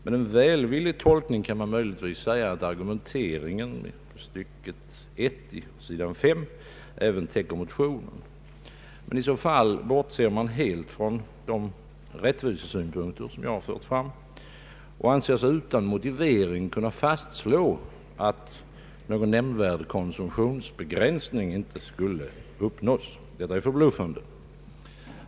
Med en välvillig tolkning kan man naturligtvis säga att argumenteringen i första stycket på s. 5 även täcker den här motionen, men i så fall bortser utskottet helt från de rättvisesynpunkter som jag har fört fram och anser sig utan motivering kunna fastslå att någon konsumtionsbegränsning inte skulle uppnås. Detta är förbluffande.